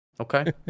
okay